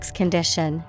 Condition